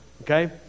okay